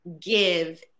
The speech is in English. give